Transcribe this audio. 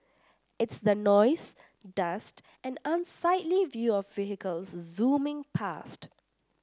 it's the noise dust and unsightly view of vehicles zooming past